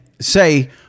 say